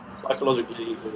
psychologically